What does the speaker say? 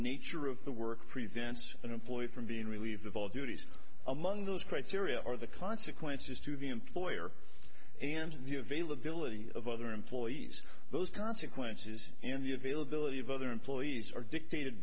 nature of the work prevents an employee from being relieved of all duties among those criteria or the consequences to the employer and the availability of other employees those consequences in the availability of other employees are dictated